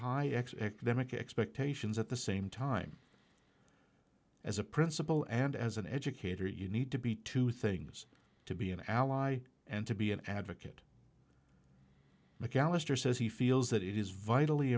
high x x them expect asians at the same time as a principal and as an educator you need to be two things to be an ally and to be an advocate mcallister says he feels that it is vitally